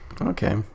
Okay